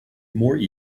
more